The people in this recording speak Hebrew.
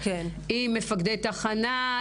עם מפקדי תחנה,